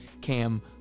cam